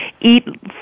eat